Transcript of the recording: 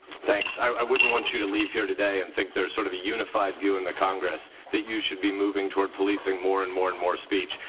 thanks. i wouldn't want you to leave here today and think there is sort of unified view in the congress that you should be moving toward policing more and more and more speech.